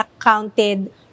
accounted